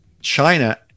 China